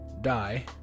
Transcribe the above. die